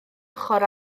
ochr